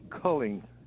culling